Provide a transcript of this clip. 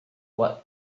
what